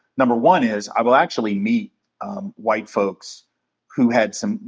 number one is i will actually meet um white folks who had some,